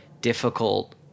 difficult